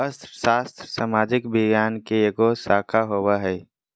अर्थशास्त्र सामाजिक विज्ञान के एगो शाखा होबो हइ